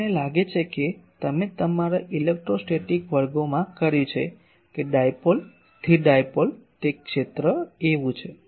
આ મને લાગે છે કે તમે તમારા ઇલેક્ટ્રોસ્ટેટિક વર્ગોમાં કર્યું છે કે ડાયપોલ સ્થિર ડાયપોલ તે ક્ષેત્ર એવું છે